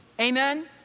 Amen